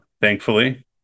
Thankfully